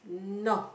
no